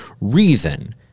reason